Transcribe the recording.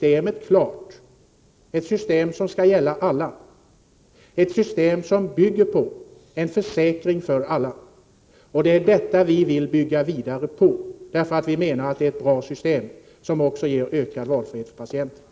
Det är ett system som skall gälla alla och som bygger på en försäkring för alla. Det är detta vi vill bygga vidare på. Vi tycker att det är ett bra system, som också ger ökad valfrihet till patienterna.